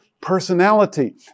personality